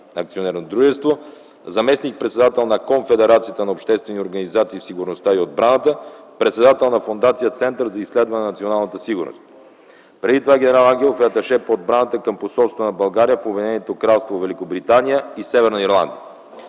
„КТТ Зенит” АД; заместник-председател на Конфедерацията на обществени организации за сигурността и отбраната; председател на Фондация „Център за изследване на националната сигурност”. Преди това ген. Ангелов е аташе по отбраната към посолството на България в Обединено кралство Великобритания и Северна Ирландия.